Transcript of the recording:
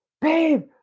babe